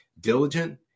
diligent